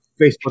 Facebook